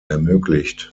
ermöglicht